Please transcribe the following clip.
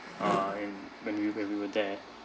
uh and when we when we were there